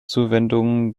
zuwendungen